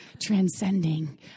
Transcending